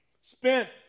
spent